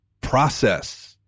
process